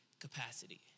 capacity